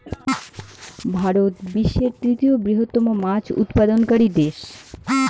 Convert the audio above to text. ভারত বিশ্বের তৃতীয় বৃহত্তম মাছ উৎপাদনকারী দেশ